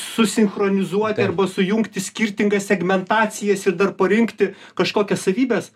susinchronizuoti arba sujungti skirtingas segmentacijas ir dar parinkti kažkokias savybes